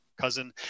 cousin